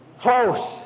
Close